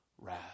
wrath